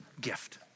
gift